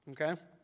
Okay